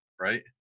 Right